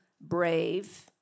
brave